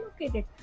located